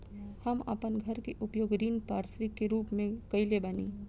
हम आपन घर के उपयोग ऋण संपार्श्विक के रूप में कइले बानी